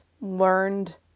learned